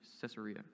Caesarea